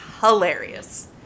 hilarious